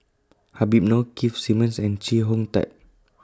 Habib Noh Keith Simmons and Chee Hong Tat